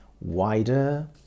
wider